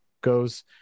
goes